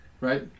right